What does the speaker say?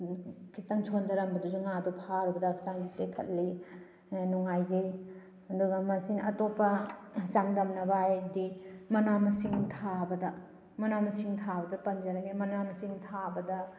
ꯈꯤꯇꯪ ꯁꯣꯟꯊꯔꯝꯕꯗꯨꯁꯨ ꯉꯥꯗꯣ ꯐꯥꯔꯨꯕꯗ ꯍꯛꯆꯥꯡꯗꯣ ꯇꯦꯛꯈꯠꯂꯤ ꯅꯨꯡꯉꯥꯏꯖꯩ ꯑꯗꯨꯒ ꯃꯁꯤꯅ ꯑꯇꯣꯞꯄ ꯆꯥꯡꯗꯝꯅꯕ ꯍꯥꯏꯔꯗꯤ ꯃꯅꯥ ꯃꯁꯤꯡ ꯊꯥꯕꯗ ꯃꯅꯥ ꯃꯁꯤꯡ ꯊꯥꯕꯗ ꯄꯟꯖꯔꯒꯦ ꯃꯅꯥ ꯃꯁꯤꯡ ꯊꯥꯕꯗ